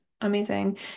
Amazing